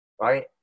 right